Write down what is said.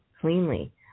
cleanly